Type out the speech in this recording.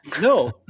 No